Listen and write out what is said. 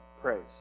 praise